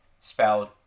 spelled